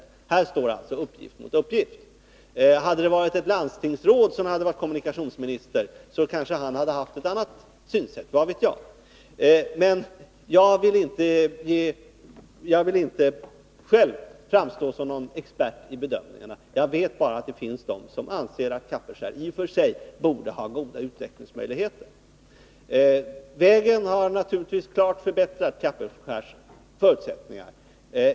Här står alltså mening mot mening. Hade ett landstingsråd varit kommunikationsminister, hade han kanske haft ett annat synsätt, vad vet jag? Jag vill inte själv framstå som någon expert när det gäller bedömningarna. Jag vet bara att det finns de som anser att Kapellskär i och för sig borde ha goda utvecklingsmöjligheter. Vägen har naturligtvis klart förbättrat Kapellskärs förutsättningar.